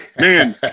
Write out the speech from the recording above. Man